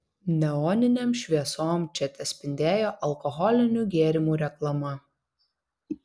neoninėm šviesom čia tespindėjo alkoholinių gėrimų reklama